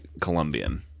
Colombian